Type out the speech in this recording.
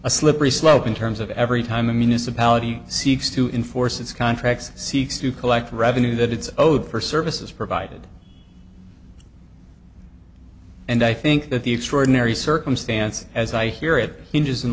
a slippery slope in terms of every time a municipality seeks to enforce its contracts seeks to collect revenue that it's owed for services provided and i think that the extraordinary circumstance as i hear it hinges in